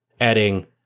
adding